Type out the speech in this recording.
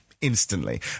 Instantly